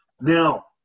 Now